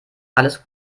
alles